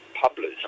published